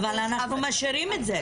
אבל אנחנו משאירים את זה.